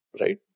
right